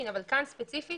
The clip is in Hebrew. אבל כאן ספציפית-